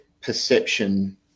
perception